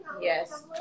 yes